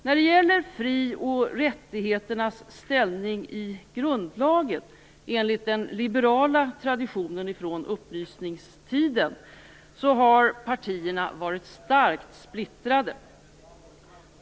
När det gäller fri och rättigheternas ställning i grundlagen enligt den liberala traditionen från upplysningstiden, har partierna varit starkt splittrade.